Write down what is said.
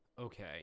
okay